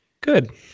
Good